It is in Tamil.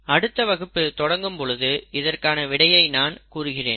அடுத்த வகுப்பு தொடங்கும் பொழுது இதற்கான விடையை நான் கூறுகிறேன்